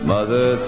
Mother